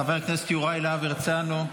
חבר הכנסת יוראי להב הרצנו,